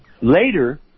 later